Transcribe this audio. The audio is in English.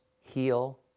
heal